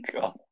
god